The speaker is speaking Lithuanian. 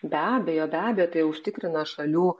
be abejo be abejo tai užtikrina šalių